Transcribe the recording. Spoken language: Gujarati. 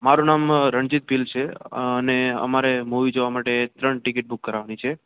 મારુ નામ રણજીત ભીલ છે અને અમારે મૂવી જોવા માટે ત્રણ ટિકિટ બૂક કરાવાની છે